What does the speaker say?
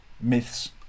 myths